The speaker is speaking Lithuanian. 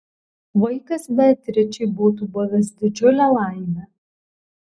vaikas beatričei būtų buvęs didžiulė laimė